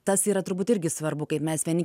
tas yra turbūt irgi svarbu kaip mes vieni